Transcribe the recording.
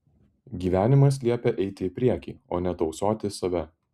gyvenimas liepia eiti į priekį o ne tausoti save